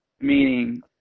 meaning